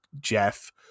Jeff